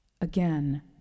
Again